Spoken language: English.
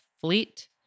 fleet